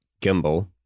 Gimbal